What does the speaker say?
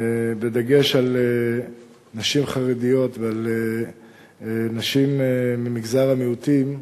בדגש על נשים חרדיות ונשים ממגזר המיעוטים,